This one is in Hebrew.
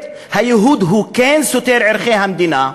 הייהוד כן סותר את ערכי המדינה,